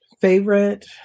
favorite